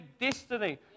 destiny